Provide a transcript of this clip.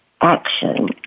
action